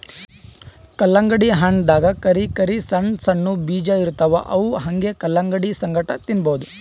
ಕಲ್ಲಂಗಡಿ ಹಣ್ಣ್ ದಾಗಾ ಕರಿ ಬಣ್ಣದ್ ಸಣ್ಣ್ ಸಣ್ಣು ಬೀಜ ಇರ್ತವ್ ಅವ್ ಹಂಗೆ ಕಲಂಗಡಿ ಸಂಗಟ ತಿನ್ನಬಹುದ್